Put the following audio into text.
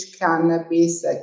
cannabis